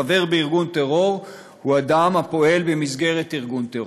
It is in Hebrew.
חבר בארגון טרור הוא אדם הפועל במסגרת ארגון טרור.